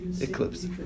eclipse